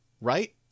right